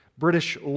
British